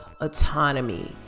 autonomy